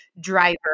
driver